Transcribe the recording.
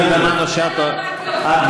אז